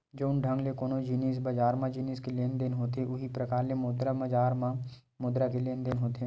जउन ढंग ले कोनो जिनिस बजार म जिनिस के लेन देन होथे उहीं परकार ले मुद्रा बजार म मुद्रा के लेन देन होथे